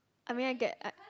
I mean I get I